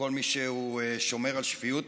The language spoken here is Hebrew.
לכל מי ששומר על שפיות מסוימת,